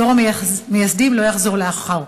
דור המייסדים לא יחזור לאחור.